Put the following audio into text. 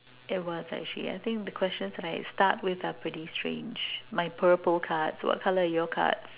it was actually I think the questions that I start with are pretty strange my purple cards what color are your cards